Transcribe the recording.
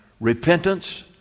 repentance